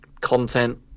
content